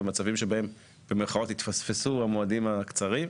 במצבים שבהם "התפספסו" המועדים הקצרים.